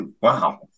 Wow